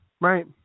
Right